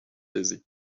dizzy